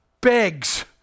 begs